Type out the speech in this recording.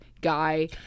guy